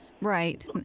Right